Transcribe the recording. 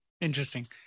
Interesting